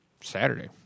Saturday